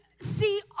see